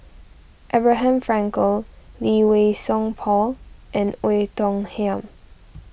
Abraham Frankel Lee Wei Song Paul and Oei Tiong Ham